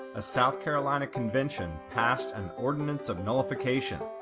a south carolina convention passed an ordinance of nullification,